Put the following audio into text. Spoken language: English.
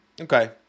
okay